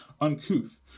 uncouth